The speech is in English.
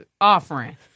offering